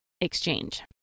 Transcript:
exchange